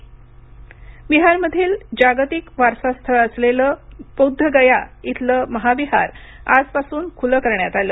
बिहार मंदिर बिहारमधील जागतिक वारसा स्थळ असलेलं बोध गया इथलं महाविहार आजपासून खुलं करण्यात आलं